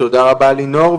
תודה רבה לינור,